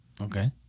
Okay